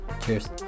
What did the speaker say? cheers